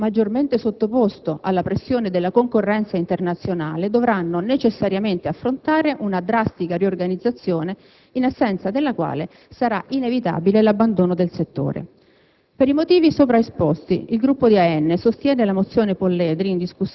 Quelle specializzate nella produzione di pomodoro concentrato semilavorato, maggiormente sottoposto alla pressione della concorrenza internazionale, dovranno necessariamente affrontare una drastica riorganizzazione, in assenza della quale sarà inevitabile l'abbandono del settore.